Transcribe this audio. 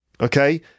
Okay